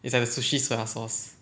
it's like the sushi soya sauce